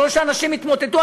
ולא שאנשים יתמוטטו,